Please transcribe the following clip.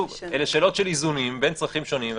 אלה שאלות של איזונים בין צרכים שונים,